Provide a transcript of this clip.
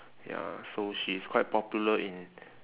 ya so she is quite popular in